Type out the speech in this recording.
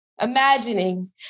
imagining